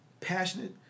passionate